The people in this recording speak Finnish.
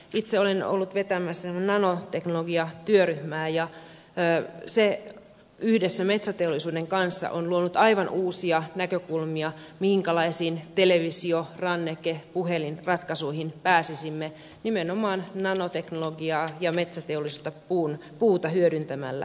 itse olen ollut vetämässä nanoteknologiatyöryhmää ja se yhdessä metsäteollisuuden kanssa on luonut aivan uusia näkökulmia siihen minkälaisiin televisio ranneke puhelinratkaisuihin pääsisimme nimenomaan nanoteknologiaa ja metsäteollisuutta puuta hyödyntämällä